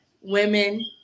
women